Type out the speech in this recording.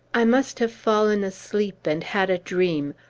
i must have fallen asleep, and had a dream,